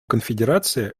конфедерация